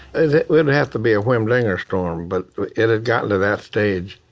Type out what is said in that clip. it it wouldn't have to be a humdinger storm, but it had gotten to that stage.